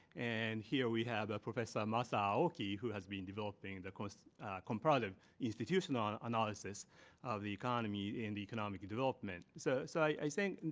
and here, we have professor masa aoki, who has been developing the comparative institutional and analysis of the economy and economic development. so so i think, and